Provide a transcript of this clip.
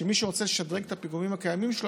שמי שרוצה לשדרג את הפיגומים הקיימים שלו,